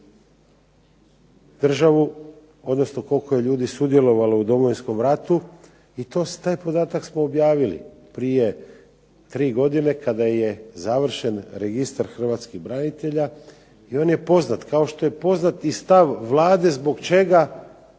državu odnosno koliko je ljudi sudjelovalo u Domovinskom ratu i taj podatak smo objavili prije tri godine kada je završen Registar hrvatskih branitelja i on je poznat kao što je poznat i stav Vlade zbog čega